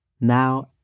now